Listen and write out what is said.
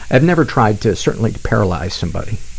i've never tried to certainly to paralyze somebody,